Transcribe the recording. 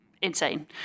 insane